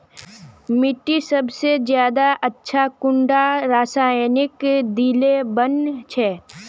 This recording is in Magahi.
मिट्टी सबसे ज्यादा अच्छा कुंडा रासायनिक दिले बन छै?